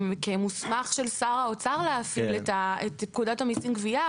כמוסמך של שר האוצר להפעיל את פקודת המסים (גביה),